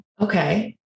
okay